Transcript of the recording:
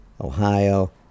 Ohio